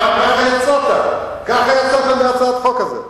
ככה יצאת מהצעת החוק הזאת.